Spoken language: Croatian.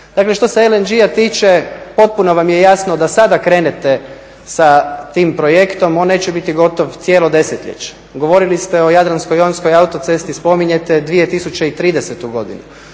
Dakle, što se … tiče, potpuno vam je jasno da sada krenete sa tim projektom, on neće biti gotov cijelo desetljeće. Govorili ste o Jadransko-Ionskoj autocesti, spominjete 2030. godinu.